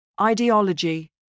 ideology